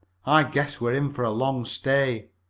i guess we're in for a long stay.